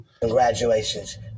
Congratulations